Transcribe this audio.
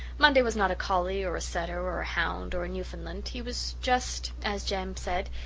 monday was not a collie or a setter or a hound or a newfoundland. he was just, as jem said,